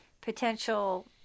potential